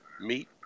meet